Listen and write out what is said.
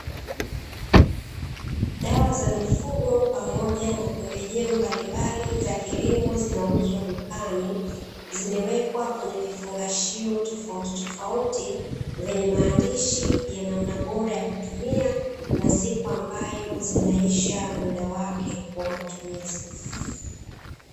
Dawa za mifugo pamoja na pembejeo mbalimbali za kilimo zinauzwa dukani, zimewekwa kwenye vifungashio tofautitofauti vyenye maandishi ya namna bora ya kutumia na siku ambayo zinaisha muda wake wa matumizi.